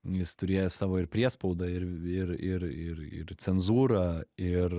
jis turėjo savo ir priespaudą ir ir ir ir ir cenzūrą ir